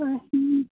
ହଁ